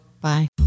Bye